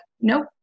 nope